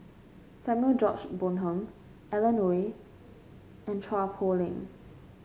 Samuel George Bonham Alan Oei and Chua Poh Leng